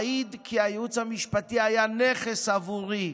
אעיד כי הייעוץ המשפטי היה נכס עבורי,